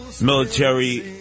military